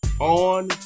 on